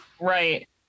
Right